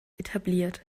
etabliert